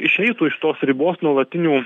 išeitų iš tos ribos nuolatinių